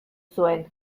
zuen